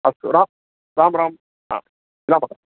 अस्तु राम राम राम राम राम